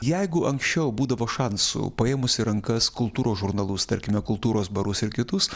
jeigu anksčiau būdavo šansų paėmus į rankas kultūros žurnalus tarkime kultūros barus ir kitus